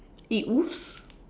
it woofs